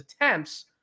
attempts